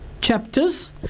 chapters